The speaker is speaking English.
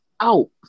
out